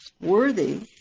worthy